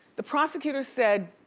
the prosecutor said,